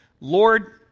Lord